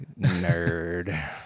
Nerd